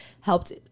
helped